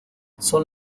son